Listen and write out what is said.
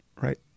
right